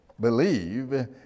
believe